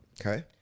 Okay